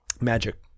Magic